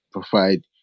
provide